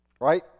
Right